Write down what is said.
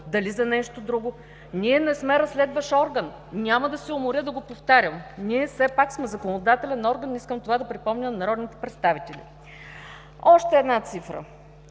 или за нещо друго? Ние не сме разследващ орган, няма да се уморя да го повтарям. Ние все пак сме законодателен орган и искам това да припомня на народните представители. Още една цифра,